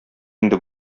инде